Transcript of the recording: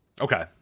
Okay